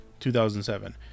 2007